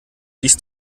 siehst